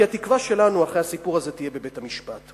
כי התקווה שלנו אחרי הסיפור הזה תהיה בבית-המשפט.